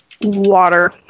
Water